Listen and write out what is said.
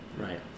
Right